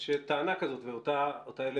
יש טענה כזאת ואותה העליתי